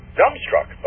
dumbstruck